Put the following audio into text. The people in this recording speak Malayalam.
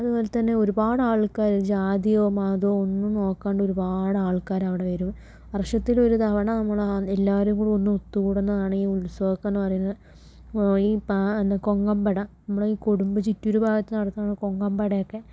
അതുപോലെതന്നെ ഒരുപാട് ആൾക്കാർ ജാതിയോ മതമോ ഒന്നും നോക്കാണ്ട് ഒരുപാട് ആൾക്കാർ അവിടെ വരും വർഷത്തിൽ ഒരു തവണ നമ്മൾ ആ എല്ലാവരും കൂടെ ഒന്ന് ഒത്തു കൂടുന്നതാണ് ഈ ഉത്സവമൊക്കെയെന്ന് പറയുന്നത് അപ്പോൾ ഈ എന്താ കൊങ്ങംപട നമ്മുടെ കൊടുമ്പ് ചിറ്റൂര് ഭാഗത്ത് നടത്തുന്ന കോങ്ങാമ്പടയൊക്കെ